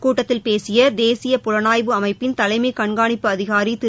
கூட்டத்தில் பேசிய தேசிய புலனாய்வு அமைப்பின் தலைமை கண்காணிப்பு அதிகாரி திரு